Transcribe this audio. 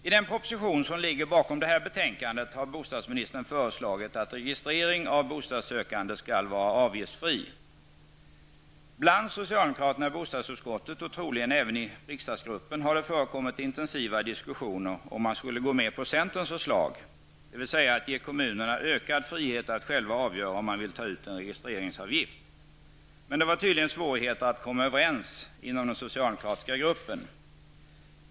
I den proposition som ligger till grund för det här betänkandet har bostadsministern föreslagit att registrering av bostadssökande skall vara avgiftsfri. Bland socialdemokraterna i bostadsutskottet och troligen även i riksdagsgruppen har det förekommit intensiva diskussioner om man skulle gå med på centerns förslag, dvs. att ge kommunerna ökad frihet att själva avgöra om man vill ta ut en registreringsavgift. Men man hade tydligen svårigheter att komma överens inom den socialdemokratiska gruppen.